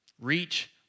Reach